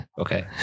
okay